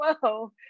whoa